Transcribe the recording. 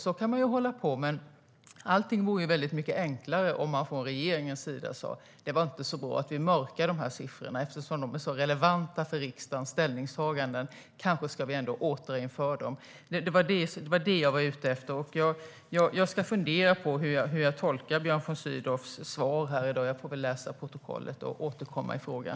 Så kan man ju hålla på, men allt vore mycket enklare om man från regeringens sida sa: Det var inte så bra att vi mörkade de här siffrorna eftersom de är så relevanta för riksdagens ställningstaganden. Kanske ska vi ändå återinföra dem. Det var det jag var ute efter. Jag ska fundera på hur jag tolkar Björn von Sydows svar här i dag. Jag får väl läsa protokollet och återkomma i frågan.